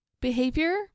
behavior